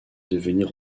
devenir